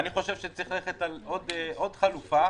לדעתי, צריך עוד חלופה.